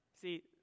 See